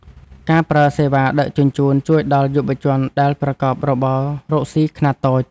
ការប្រើសេវាដឹកជញ្ជូន ជួយដល់យុវជនដែលប្រកបរបររកស៊ីខ្នាតតូច។